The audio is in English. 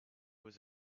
was